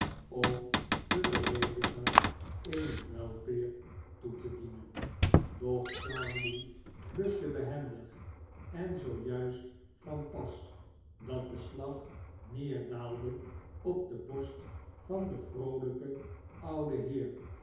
om den beleediger eene muilpeer toe te dienen doch charley bukte behendig en zoo juist van pas dat de slag neerdaalde op de borst van den vrooüjken ouden heer